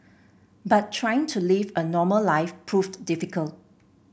but trying to live a normal life proved difficult